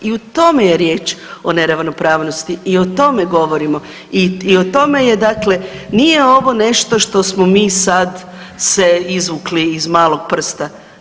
I u tome je riječ o neravnopravnosti i o tome govorimo i o tome je dakle nije ovo nešto što smo mi nešto sad se izvukli iz malog prsta.